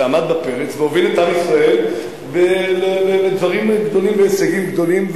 שעמד בפרץ והוביל את עם ישראל לדברים גדולים ולהישגים גדולים,